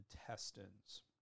intestines